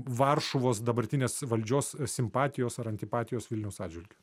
varšuvos dabartinės valdžios simpatijos ar antipatijos vilniaus atžvilgiu